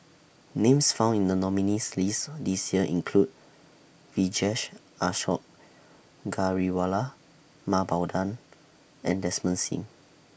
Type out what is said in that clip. Names found in The nominees' list This Year include Vijesh Ashok Ghariwala Mah Bow Tan and Desmond SIM